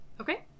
Okay